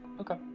okay